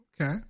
Okay